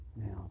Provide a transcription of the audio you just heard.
Now